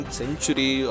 century